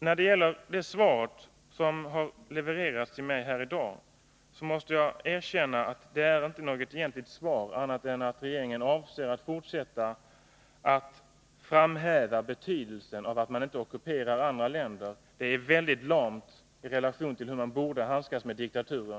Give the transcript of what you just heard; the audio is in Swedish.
När det gäller det svar som har levererats till mig här i dag måste jag erkänna att jag inte anser att det är något egentligt svar i annan mån än att det ger besked om att regeringen avser att fortsätta att framhäva betydelsen av att man inte ockuperar andra länder. Det är väldigt lamt i relation till hur man borde handskas med diktaturer.